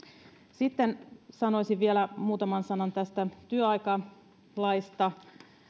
sitten sanoisin vielä muutaman sanan tästä työaikalaista